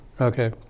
Okay